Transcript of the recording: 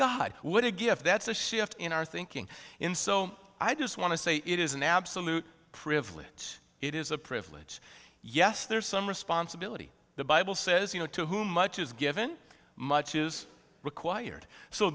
god what a gift that's a shift in our thinking in so i just want to say it is an absolute privilege it is a privilege yes there's some responsibility the bible says you know to whom much is given much is required so